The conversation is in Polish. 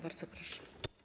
Bardzo proszę.